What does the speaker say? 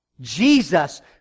Jesus